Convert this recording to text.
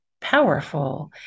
powerful